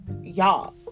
y'all